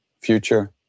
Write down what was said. future